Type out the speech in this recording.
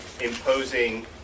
imposing